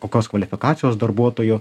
kokios kvalifikacijos darbuotojų